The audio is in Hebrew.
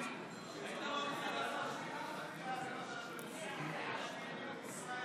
33 בעד ההסתייגות, 6 נגד,